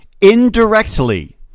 indirectly